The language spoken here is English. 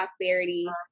prosperity